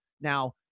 Now